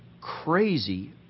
Crazy